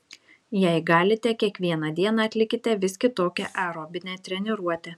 jei galite kiekvieną dieną atlikite vis kitokią aerobinę treniruotę